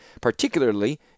Particularly